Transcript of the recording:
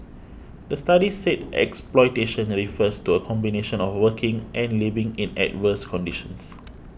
the study said exploitation that refers to a combination of working and living in adverse conditions